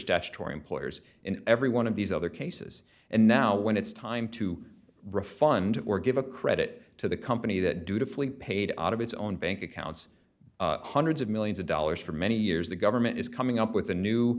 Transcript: statutory employers in every one of these other cases and now when it's time to refund or give a credit to the company that dutifully paid out of its own bank accounts hundreds of millions of dollars for many years the government is coming up with a new